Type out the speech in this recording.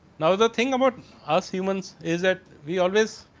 now, the thing about our summons is that we always.